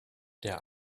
der